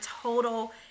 total